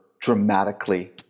dramatically